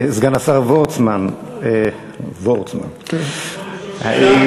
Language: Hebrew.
סגן השר וורצמן, האם,